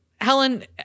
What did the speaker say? helen